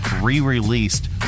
re-released